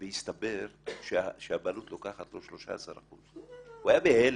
והסתבר שהבעלות לוקחת לו 13%. הוא היה בהלם.